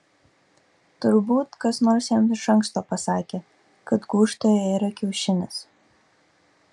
turbūt kas nors jam iš anksto pasakė kad gūžtoje yra kiaušinis